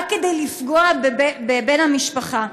רק כדי לפגוע בבן המשפחה.